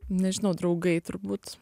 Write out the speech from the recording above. nežinau draugai turbūt